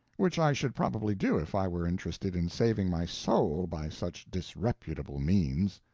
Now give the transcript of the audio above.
which i should probably do if i were interested in saving my soul by such disreputable means.